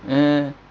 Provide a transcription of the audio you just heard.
err